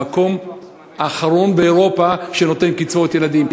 המקום האחרון באירופה שנותן קצבאות ילדים.